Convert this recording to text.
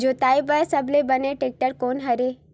जोताई बर सबले बने टेक्टर कोन हरे?